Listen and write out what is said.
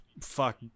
fuck